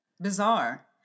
Bizarre